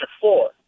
four